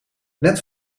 net